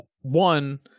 one